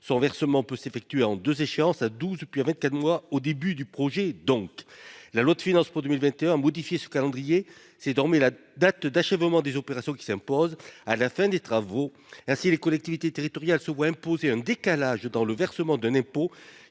Son versement peut s'effectuer en deux échéances : à douze mois, puis à vingt-quatre mois, soit au début du projet. La loi de finances pour 2021 a modifié ce calendrier. C'est désormais la date d'achèvement des opérations qui s'impose, c'est-à-dire à la fin des travaux. Ainsi, les collectivités territoriales se voient imposer un décalage dans le versement d'un impôt